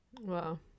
Wow